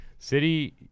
City